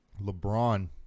LeBron